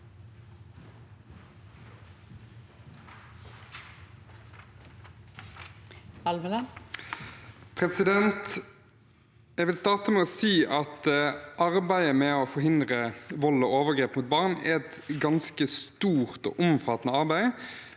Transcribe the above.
(komiteens leder): Jeg vil starte med å si at arbeidet med å forhindre vold og overgrep mot barn er et ganske stort og omfattende arbeid,